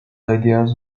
ideas